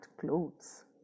clothes